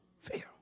Fear